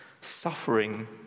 suffering